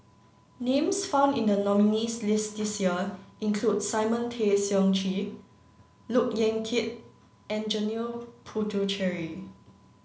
names found in the nominees' list this year include Simon Tay Seong Chee Look Yan Kit and Janil Puthucheary